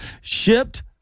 shipped